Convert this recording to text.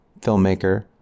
filmmaker